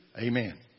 Amen